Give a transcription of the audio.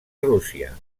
rússia